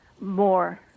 more